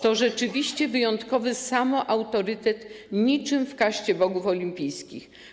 To rzeczywiście wyjątkowy samoautorytet, niczym w kaście bogów olimpijskich.